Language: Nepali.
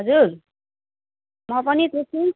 हजुर म पनि त्यस्तै